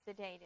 sedated